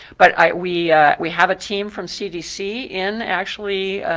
but ah we we have a team from cdc in actually